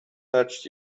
touched